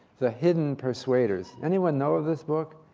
the hidden persuaders. anyone know of this book?